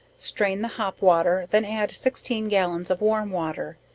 strain the hop water then add sixteen gallons of warm water,